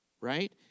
right